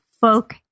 folk